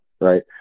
right